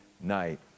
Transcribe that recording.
night